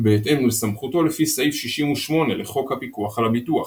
בהתאם לסמכותו לפי סעיף 68 לחוק הפיקוח על הביטוח.